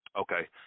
Okay